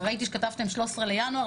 ראיתי שכתבתם 13 לינואר,